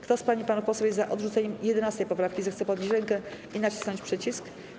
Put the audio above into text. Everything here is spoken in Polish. Kto z pań i panów posłów jest za odrzuceniem 11. poprawki, zechce podnieść rękę i nacisnąć przycisk.